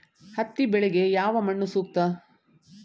ಹತ್ತಿ ಬೆಳೆಗೆ ಯಾವ ಮಣ್ಣು ಸೂಕ್ತ?